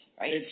right